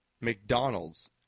McDonald's